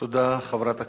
תודה רבה.